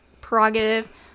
prerogative